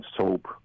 soap